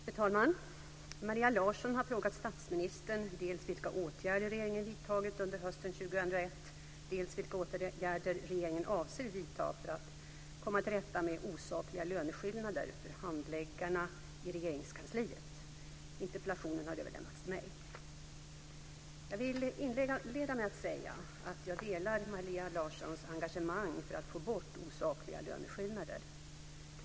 Fru talman! Maria Larsson har frågat statsministern dels vilka åtgärder regeringen vidtagit under hösten 2001, dels vilka åtgärder regeringen avser att vidta, för att komma till rätta med osakliga löneskillnader för handläggarna i Regeringskansliet. Interpellationen har överlämnats till mig. Jag vill inleda med att säga att jag delar Maria Larssons engagemang för att få bort osakliga löneskillnader.